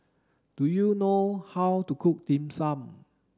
do you know how to cook dim sum